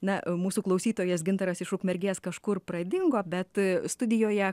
na o mūsų klausytojas gintaras iš ukmergės kažkur pradingo bet studijoje